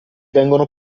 vengono